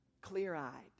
clear-eyed